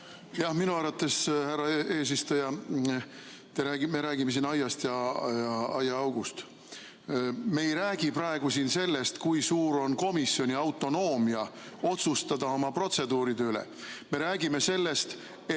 Minu arvates, härra eesistuja, me räägime siin üks aiast ja teine aiaaugust. Me ei räägi praegu siin sellest, kui suur on komisjoni autonoomia otsustada oma protseduuride üle. Me räägime sellest, et